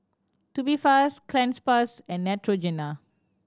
Tubifast Cleanz Plus and Neutrogena